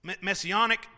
messianic